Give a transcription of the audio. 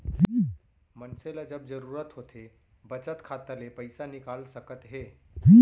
मनसे ल जब जरूरत होथे बचत खाता ले पइसा निकाल सकत हे